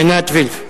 עינת וילף.